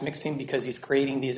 mixing because he's creating these